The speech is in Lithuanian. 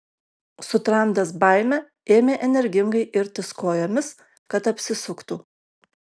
sutramdęs baimę ėmė energingai irtis kojomis kad apsisuktų